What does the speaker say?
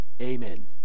Amen